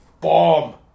bomb